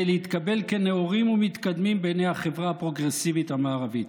להתקבל כנאורים ומתקדמים בעיני החברה הפרוגרסיבית המערבית.